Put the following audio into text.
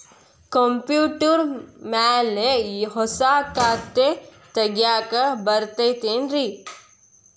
Computer ಮ್ಯಾಲೆ ಹೊಸಾ ಖಾತೆ ತಗ್ಯಾಕ್ ಬರತೈತಿ ಏನ್ರಿ?